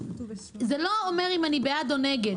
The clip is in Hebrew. זה לא אומר אם אני בעד או נגד.